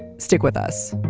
stick with us